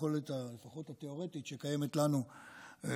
לפחות היכולת התיאורטית שקיימת אצלנו,